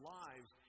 lives